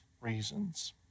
reasons